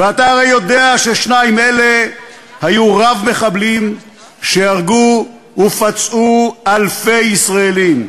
ואתה הרי יודע ששניים אלה היו רבי-מחבלים שהרגו ופצעו אלפי ישראלים.